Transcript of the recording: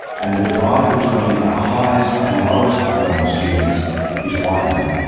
and the divide between our highest and lowest performing students is widening.